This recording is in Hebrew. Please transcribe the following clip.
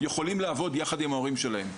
יכולים לעבוד ביחד עם ההורים שלהם.